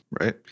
right